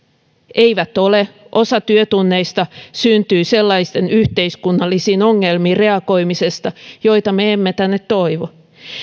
eivät ne ole osa työtunneista syntyy sellaisiin yhteiskunnallisiin ongelmiin reagoimisesta joita me emme tänne toivo